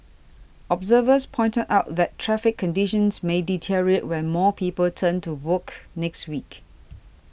observers pointed out that traffic conditions may deteriorate when more people return to work next week